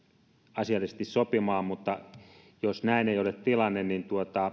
asiallisesti sopimaan mutta jos näin ei ole tilanne niin